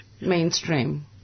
Mainstream